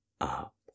up